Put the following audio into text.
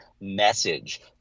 message